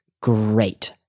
great